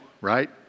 right